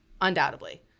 Undoubtedly